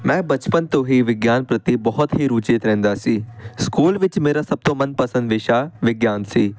ਮੈਂ ਬਚਪਨ ਤੋਂ ਹੀ ਵਿਗਿਆਨ ਪ੍ਰਤੀ ਬਹੁਤ ਹੀ ਰੁਚਿਤ ਰਹਿੰਦਾ ਸੀ ਸਕੂਲ ਵਿੱਚ ਮੇਰਾ ਸਭ ਤੋਂ ਮਨਪਸੰਦ ਵਿਸ਼ਾ ਵਿਗਿਆਨ ਸੀ